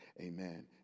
amen